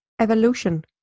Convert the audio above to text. evolution